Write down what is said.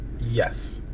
yes